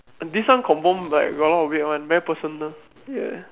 this one confirm very like got a lot weird one very personal yes